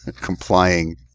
complying